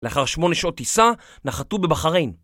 לאחר שמונה שעות טיסה, נחתו בבחרין.